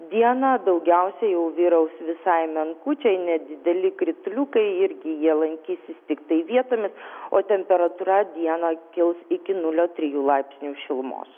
dieną daugiausiai jau vyraus visai menkučiai nedideli krituliukai irgi jie lankysis tiktai vietomis o temperatūra dieną kils iki nulio trijų laipsnių šilumos